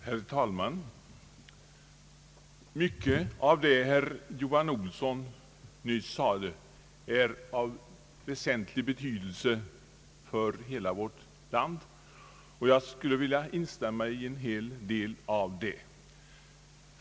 Herr talman! Mycket av det herr Johan Olsson nyss anförde är av stor betydelse för hela vårt land, och jag instämmer i en hel del av det.